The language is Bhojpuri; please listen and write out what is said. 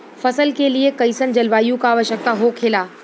फसल के लिए कईसन जलवायु का आवश्यकता हो खेला?